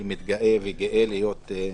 ואני מתגאה וגאה על כך,